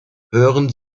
hören